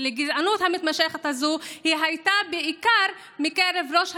לגזענות המתמשכת הזו הייתה בעיקר מראש הממשלה,